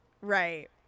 Right